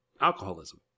alcoholism